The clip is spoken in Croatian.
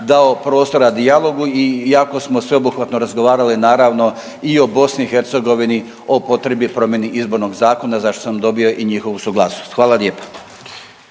dao prostora dijalogu i jako smo sveobuhvatno razgovarali naravno i o BiH o potrebi promjeni izbornog zakona za što sam dobio i njihovu suglasnost. Hvala lijepa.